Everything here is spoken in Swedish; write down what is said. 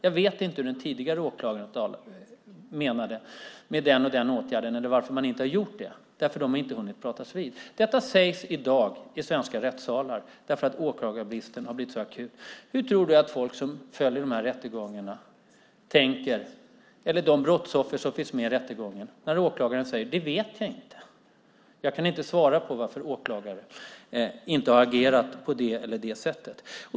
Jag vet inte vad den tidigare åklagaren menade, för vi har inte hunnit talas vid. Detta sägs i dag i svenska rättssalar därför att åklagarbristen har blivit akut. Hur tror du att brottsoffer eller de som följer dessa rättegångar tänker när åklagaren säger att han inte vet och inte kan förklara varför åklagaren har agerat på ett visst sätt?